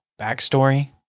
backstory